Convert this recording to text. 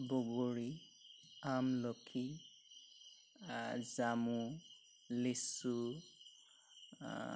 বগৰী আমলখি জামু লিচু